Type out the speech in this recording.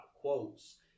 quotes